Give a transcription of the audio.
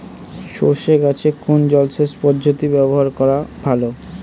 সরষে গাছে কোন জলসেচ পদ্ধতি ব্যবহার করা ভালো?